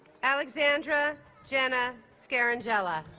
alexandra jenna scarangella